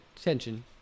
attention